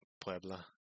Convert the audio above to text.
Puebla